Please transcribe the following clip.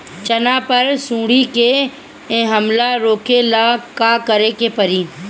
चना पर सुंडी के हमला रोके ला का करे के परी?